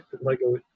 Lego